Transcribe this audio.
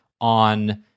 on